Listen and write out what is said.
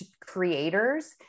creators